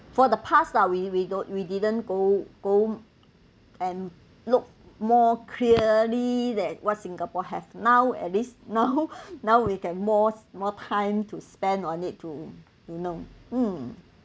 for the past lah we we don't we didn't go go and look more clearly that what singapore have now at least now now we can more more time to spend on it to you know mm